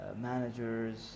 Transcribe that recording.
managers